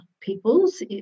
peoples